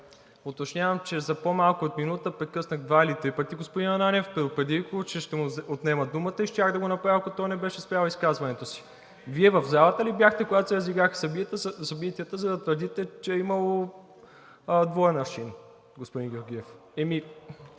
уточнявам, че за по-малко от минута прекъснах два или три пъти господин Ананиев. Предупредих го, че ще му отнема думата и щях да го направя, ако той не беше спрял изказването си. Вие в залата ли бяхте, когато се разиграха събитията, за да твърдите, че е имало двоен аршин, господин Георгиев? Ами,